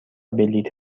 بلیط